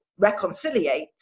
reconciliate